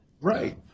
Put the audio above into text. Right